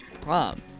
prom